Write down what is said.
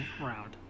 round